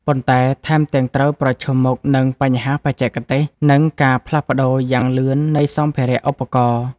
ប៉ុន្តែថែមទាំងត្រូវប្រឈមមុខនឹងបញ្ហាបច្ចេកទេស និងការផ្លាស់ប្តូរយ៉ាងលឿននៃសម្ភារៈឧបករណ៍។